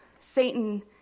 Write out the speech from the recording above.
Satan